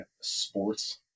sports